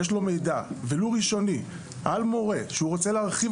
יש לו מידע ולו ראשוני על מורה שהוא רוצה להרחיב